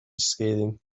scathing